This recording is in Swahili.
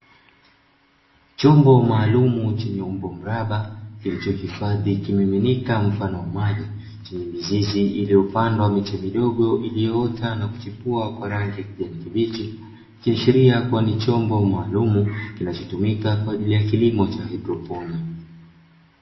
Chombo maalumu chenye umbo mraba kilichohifadhi kimiminika mfano wa maji chenye mizizi ya mfano wa miche midogo iliyoota na kuchipua kwa rangi ya kijani kibichi ikiashiria kuwa ni chombo maalumu kinachotumika kwa ajili ya kilimo cha haidroponi.